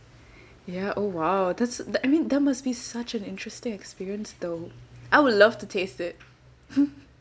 ya oh !wow! that's I mean that must be such an interesting experience though I will love to taste it